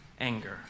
anger